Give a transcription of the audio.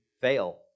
fail